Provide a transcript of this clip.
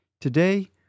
Today